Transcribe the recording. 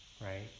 Right